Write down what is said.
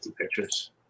pictures